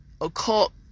occult